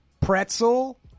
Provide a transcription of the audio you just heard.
pretzel